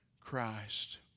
Christ